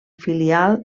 filial